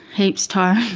heaps tiring,